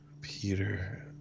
Peter